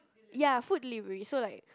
ya food delivery so like